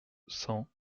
cent